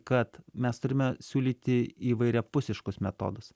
kad mes turime siūlyti įvairiapusiškus metodus